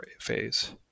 phase